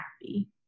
happy